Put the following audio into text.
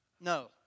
No